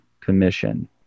Commission